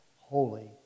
holy